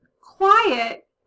quiet